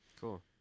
Cool